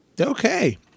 Okay